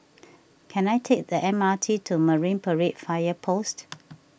can I take the M R T to Marine Parade Fire Post